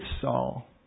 Saul